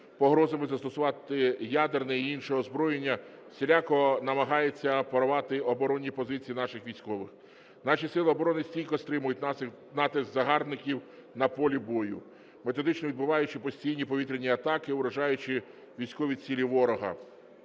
погрозами застосувати ядерне і інше озброєння, всіляко намагається прорвати оборонні позиції наших військових. Наші сили оборони стійко стримують натиск загарбників на полі бою, методично відбиваючи постійні повітряні атаки, уражаючи військові цілі ворога.